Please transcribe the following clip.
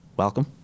welcome